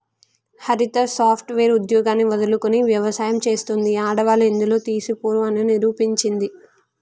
హరిత software ఉద్యోగాన్ని వదులుకొని వ్యవసాయం చెస్తాంది, ఆడవాళ్లు ఎందులో తీసిపోరు అని నిరూపించింది